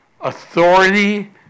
authority